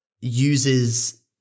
uses